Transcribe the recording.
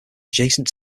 adjacent